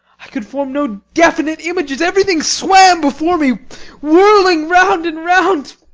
i could form no definite images everything swam before me whirling round and round.